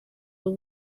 waba